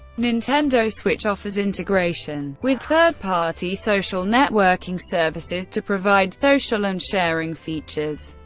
nintendo switch offers integration with third-party social networking services to provide social and sharing features.